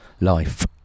life